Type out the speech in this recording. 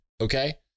okay